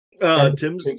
Tim